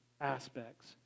aspects